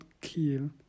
kill